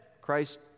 Christ